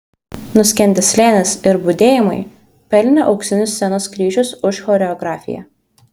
nuskendęs slėnis ir budėjimai pelnė auksinius scenos kryžius už choreografiją